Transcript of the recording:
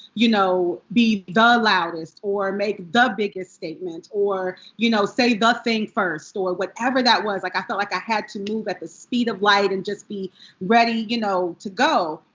you know, be the loudest. or make the biggest statement. or you know say the thing first. or whatever that was! like, i felt like i had to move at the speed of light and just be ready you know to go.